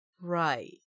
Right